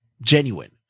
genuine